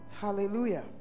Hallelujah